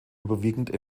überwiegend